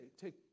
take